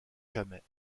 jamais